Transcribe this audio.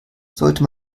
sollte